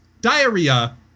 Diarrhea